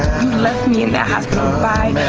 left me in that hospital by